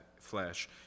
flesh